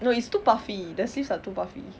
no it's too puffy the sleeves are too puffy